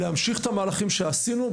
להמשיך את המהלכים שעשינו,